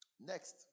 Next